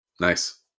Nice